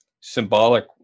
symbolic